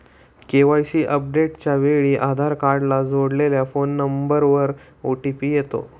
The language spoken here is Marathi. के.वाय.सी अपडेटच्या वेळी आधार कार्डला जोडलेल्या फोन नंबरवर ओ.टी.पी येतो